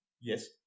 Yes